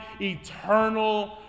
eternal